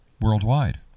worldwide